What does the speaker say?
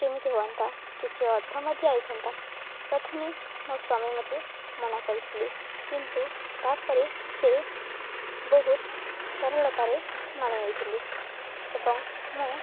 କେମିତି ହୁଅନ୍ତା କିଛି ଅର୍ଥ ମଧ୍ୟ ଆସିଥାନ୍ତା ପ୍ରଥମେ ମୋ ସ୍ୱାମୀ ମତେ ମନା କରୁଥିଲି କିନ୍ତୁ ତା'ପରେ ସେ ବହୁତ ସରଳତାରେ ମାନି ଯାଇଥିଲେ ଏବଂ ମୁଁ